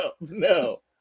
No